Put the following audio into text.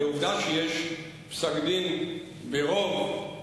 העובדה שיש פסק-דין ברוב,